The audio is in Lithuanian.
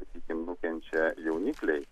sakykim nukenčia jaunikliai